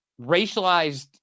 Racialized